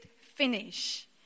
finish